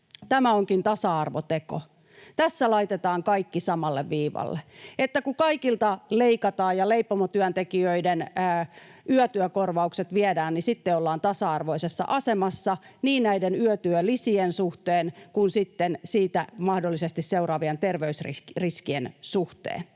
tämä onkin tasa-arvoteko, tässä laitetaan kaikki samalle viivalle. Että kun kaikilta leikataan ja leipomotyöntekijöiden yötyökorvaukset viedään, niin sitten ollaan tasa-arvoisessa asemassa niin näiden yötyölisien suhteen kuin sitten siitä mahdollisesti seuraavien terveysriskien suhteen.